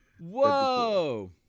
Whoa